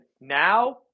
now